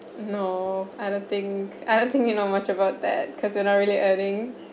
no I don't think I don't think we know much about that cause we're not really earning